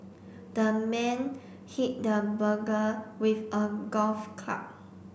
the man hit the burglar with a golf club